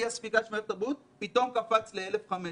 הספיגה של מערכת הבריאות ופתאום זה קפץ ל-1,500.